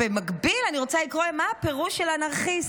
במקביל, אני רוצה לקרוא מה הפירוש של אנרכיסט,